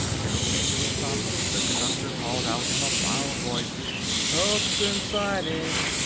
as it came to a stop the conductor called out in a loud voice hugson's siding!